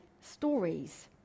stories